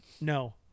no